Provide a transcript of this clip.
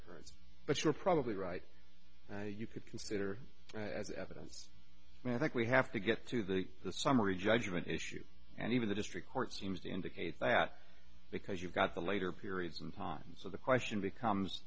stated but you're probably right you could consider it as evidence and i think we have to get to that the summary judgment issue and even the district court seems to indicate that because you've got the later periods of time so the question becomes